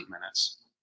minutes